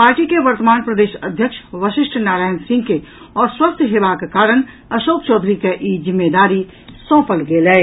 party के वर्तमान प्रदेश अध्यक्ष वशिष्ठ नारायण सिंह के अस्वस्थ हेबाक कारण अशोक चौधरी के ई जिम्मेदारी सौंपल गेल अछि